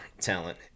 talent